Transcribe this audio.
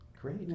Great